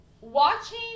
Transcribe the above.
watching